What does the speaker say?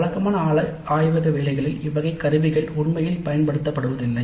வழக்கமான ஆய்வக வேலைகளில் இவ்வகை கருவிகள் உண்மையில் பயன்படுத்தபடுவதில்லை